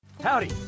Howdy